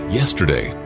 yesterday